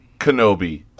Kenobi